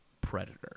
Predator